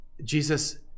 Jesus